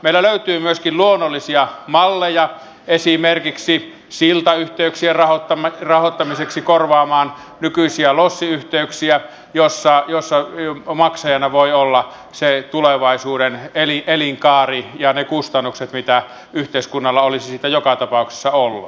meillä löytyy myöskin luonnollisia malleja esimerkiksi siltayhteyksien rahoittamiseksi korvaamaan nykyisiä lossiyhteyksiä joissa maksajana voi olla se tulevaisuuden elinkaari ja ne kustannukset mitä yhteiskunnalla olisi siitä joka tapauksessa ollut